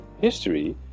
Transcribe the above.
history